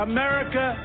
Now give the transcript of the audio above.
America